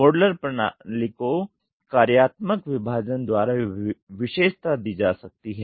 modular प्रणाली को कार्यात्मक विभाजन द्वारा विशेषता दी जा सकती है